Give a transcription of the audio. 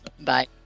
Bye